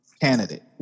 candidate